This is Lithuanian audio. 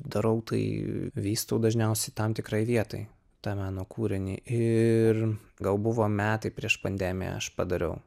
darau tai vystau dažniausiai tam tikroj vietoj tą meno kūrinį ir gal buvo metai prieš pandemiją aš padariau